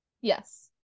yes